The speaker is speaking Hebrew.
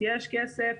יש כסף,